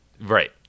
Right